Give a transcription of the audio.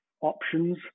options